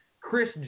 Chris